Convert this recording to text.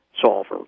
Solver